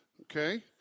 Okay